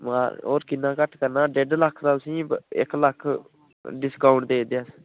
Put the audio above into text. मार होर किन्ना घट्ट करना डेढ लक्ख दा तुसेंई इक लक्ख डिस्काउंट देई दे अस